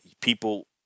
people